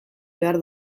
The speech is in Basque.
behar